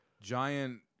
giant